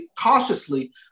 cautiously